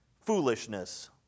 foolishness